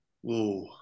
Whoa